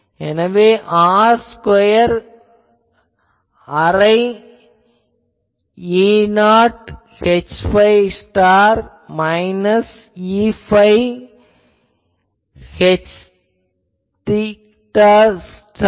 எனவே r square அரை Eθ Hϕ minus Eϕ Hθ